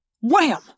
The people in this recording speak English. WHAM